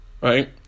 right